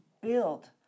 build